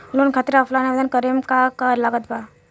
Loan खातिर offline आवेदन करे म का का लागत बा?